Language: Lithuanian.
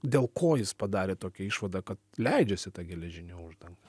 dėl ko jis padarė tokią išvadą kad leidžiasi ta geležinė uždanga